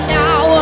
now